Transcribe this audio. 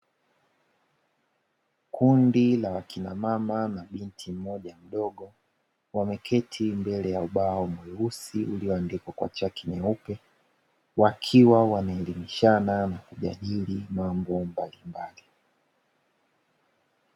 Kundi la wakina mama na binti mmoja mdogo, wameketi mbele ya ubao mweusi ulioandikwa kwa chaki nyeupe, wakiwa wanaelimishana na kujadili mambo mbalimbali.